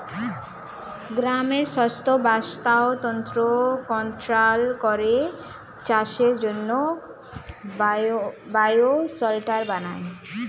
গৃহমধ্যস্থ বাস্তুতন্ত্র কন্ট্রোল করে চাষের জন্যে বায়ো শেল্টার বানায়